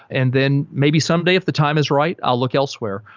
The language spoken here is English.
and then maybe someday if the time is right i'll look elsewhere.